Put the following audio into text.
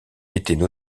étaient